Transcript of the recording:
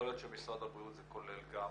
יכול להיות שמשרד הבריאות זה כולל גם